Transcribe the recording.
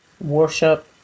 worship